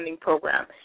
program